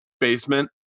basement